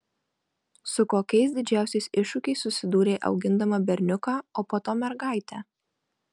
su kokiais didžiausiais iššūkiais susidūrei augindama berniuką o po to mergaitę